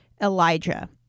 Elijah